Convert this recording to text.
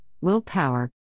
willpower